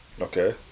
Okay